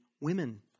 women